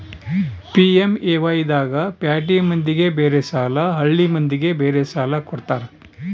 PMAY ದಾಗ ಪ್ಯಾಟಿ ಮಂದಿಗ ಬೇರೆ ಸಾಲ ಹಳ್ಳಿ ಮಂದಿಗೆ ಬೇರೆ ಸಾಲ ಕೊಡ್ತಾರ